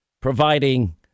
providing